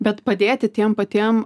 bet padėti tiem patiem